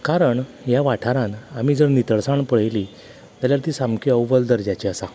कारण ह्या वाठारान आमी जर नितळसाण पळयली जाल्यार ती सामकी अव्वल दर्ज्याची आसा